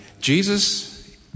Jesus